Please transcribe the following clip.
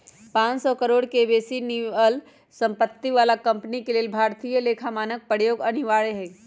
पांन सौ करोड़ से बेशी निवल सम्पत्ति बला कंपनी के लेल भारतीय लेखा मानक प्रयोग अनिवार्य हइ